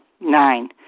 Nine